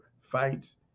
fights